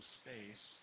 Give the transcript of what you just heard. space